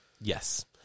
Yes